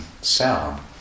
sound